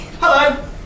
Hello